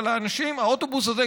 אבל האוטובוס הזה,